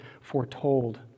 foretold